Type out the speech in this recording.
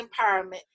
Empowerment